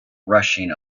rushing